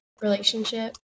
relationship